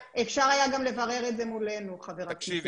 אפשר היה גם לברר את זה מולנו, חבר הכנסת קושניר.